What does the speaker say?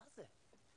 מה זה,